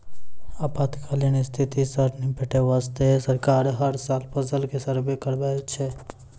आपातकालीन स्थिति सॅ निपटै वास्तॅ सरकार हर साल फसल के सर्वें कराबै छै